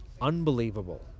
unbelievable